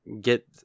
get